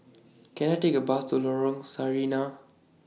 Can I Take A Bus to Lorong Sarina